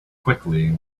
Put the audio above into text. quickly